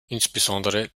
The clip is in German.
insbesondere